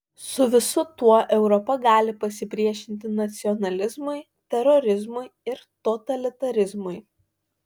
su visu tuo europa gali pasipriešinti nacionalizmui terorizmui ir totalitarizmui